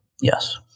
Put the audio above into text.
Yes